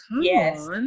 yes